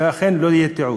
שאכן לא יהיה תיעוד.